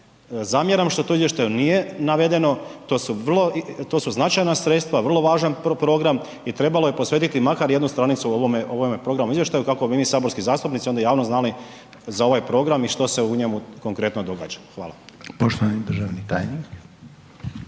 Zamjeram što to u izvještaju nije navedeno, to su značajna sredstva, vrlo važan program i trebalo je posvetiti makar jednu stranicu o ovome programu i izvještaju kako bi mi saborski zastupnici onda javno znali za ovaj program i što se u njemu konkretno događa. Hvala. **Reiner, Željko